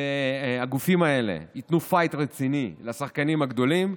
שהגופים האלה ייתנו פייט רציני לשחקנים הגדולים,